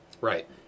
Right